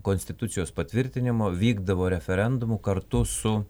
konstitucijos patvirtinimo vykdavo referendumų kartu su